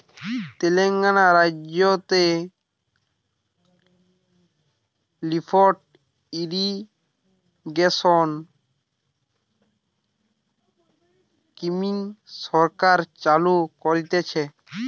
তেলেঙ্গানা রাজ্যতে lift irrigation scheme সরকার চালু করতিছে